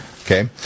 Okay